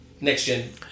Next-gen